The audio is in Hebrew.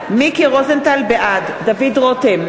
רוזנטל, בעד דוד רותם,